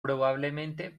probablemente